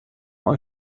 euch